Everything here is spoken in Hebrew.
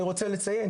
אני רוצה לציין,